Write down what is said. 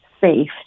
safe